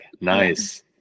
Nice